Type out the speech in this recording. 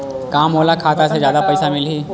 का मोला खाता से जादा पईसा मिलही?